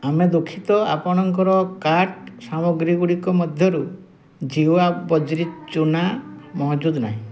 ଆମେ ଦୁଃଖିତ ଆପଣଙ୍କର କାର୍ଟ୍ ସାମଗ୍ରୀଗୁଡ଼ିକ ମଧ୍ୟରୁ ଜୀୱା ବଜ୍ରି ଚୁନା ମହଜୁଦ ନାହିଁ